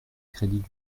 crédits